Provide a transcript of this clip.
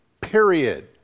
period